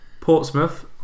Portsmouth